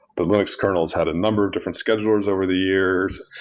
the linux kernels had a number of different schedulers over the years.